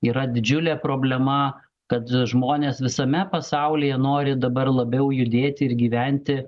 yra didžiulė problema kad žmonės visame pasaulyje nori dabar labiau judėti ir gyventi